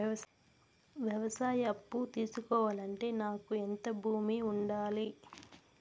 వ్యవసాయ అప్పు తీసుకోవాలంటే నాకు ఎంత భూమి ఉండాలి?